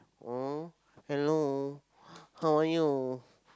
oh hello how are you